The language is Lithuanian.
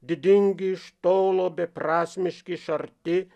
didingi iš tolo beprasmiški iš arti